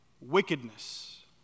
Wickedness